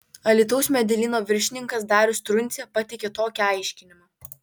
alytaus medelyno viršininkas darius truncė pateikė tokį aiškinimą